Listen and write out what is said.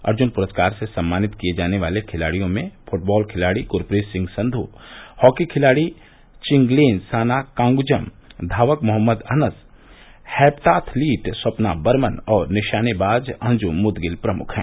अर्जुन पुरस्कार से सम्मानित किये जाने वाले खिलाडियों में फूटबॉल खिलाड़ी ग्रप्रीत सिंह संघ हॉकी खिलाड़ी चिंगलेन साना कांग्जम धावक मोहम्मद अनस हैप्टाथलिट स्वप्ना बर्मन और निशानेबाज अंजुम मुदगिल प्रमुख हैं